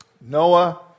Noah